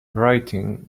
writing